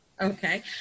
Okay